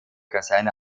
kaserne